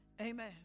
Amen